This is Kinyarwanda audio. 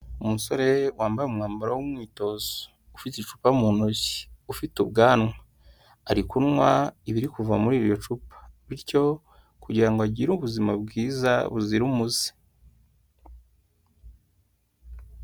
Umusore wambaye umwambaro w'umwitozo, ufite icupa mu ntoki, ufite ubwanwa ari kunywa ibiri kuva muri iryo cupa bityo kugira ngo agire ubuzima bwiza buzira umuze.